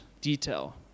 detail